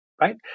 right